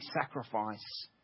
sacrifice